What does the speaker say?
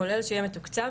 כולל שיהיה מתוקצב,